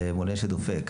זה מונה שדופק.